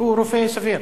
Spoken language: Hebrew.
והוא רופא סביר.